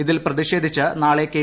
ഇതിൽ പ്രതിഷേധിച്ച് നാളെ കെ